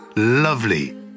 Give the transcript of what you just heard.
Lovely